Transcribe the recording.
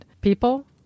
people